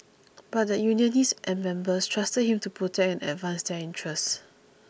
but the unionists and members trusted him to protect and advance their interests